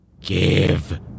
Give